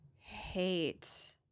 hate